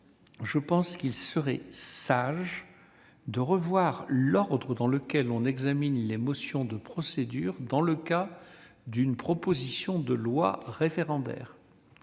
même manière, il serait sage de revoir l'ordre d'examen des motions de procédure dans le cas d'une proposition de loi référendaire.